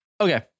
Okay